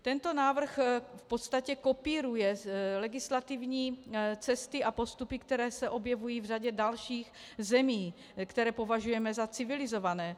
Tento návrh v podstatě kopíruje legislativní cesty a postupy, které se objevují v řadě dalších zemí, které považujeme za civilizované.